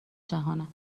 جهانند